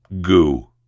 goo